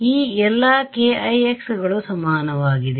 ಈ ಎಲ್ಲಾ kix ಗಳು ಸಮವಾಗಿದೆ